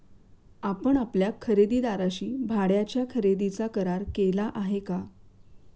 आपण आपल्या खरेदीदाराशी भाड्याच्या खरेदीचा करार केला आहे का?